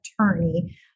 attorney